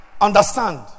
Understand